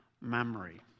memory